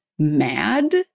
Mad